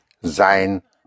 sein